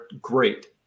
great